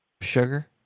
sugar